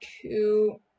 Two